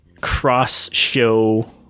cross-show